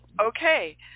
Okay